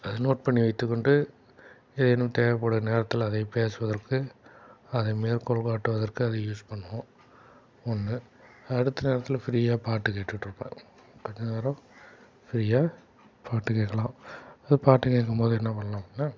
அதை நோட் பண்ணி வைத்துக்கொண்டு அது எனக்குத் தேவைப்பட்ற நேரத்தில் அதைப் பேசுவதற்கு அதை மேற்கோள் காட்டுவதற்கு அதை யூஸ் பண்ணுவோம் ஒன்று அடுத்து நேரத்தில் ஃப்ரீயாக பாட்டு கேட்டுட்டிருப்பேன் கொஞ்சம் நேரம் ஃப்ரீயாக பாட்டு கேட்கலாம் அது பாட்டு கேட்கும் போது என்ன பண்ணுவோம்னா